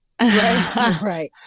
Right